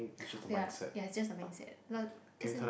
oh yeah yeah it's just the mindset lol as in